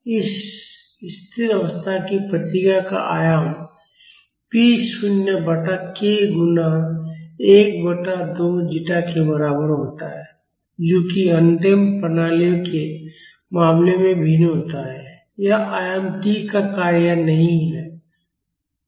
इस स्थिर अवस्था की प्रतिक्रिया का आयाम p शून्य बटा k गुणा एक बटा 2 जीटा के बराबर होता है जो कि अनडम्प्ड प्रणालियों के मामले में भिन्न होता है यह आयाम t का कार्य नहीं है